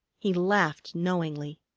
he laughed knowingly.